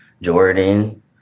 Jordan